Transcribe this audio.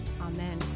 Amen